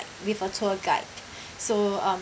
with a tour guide so um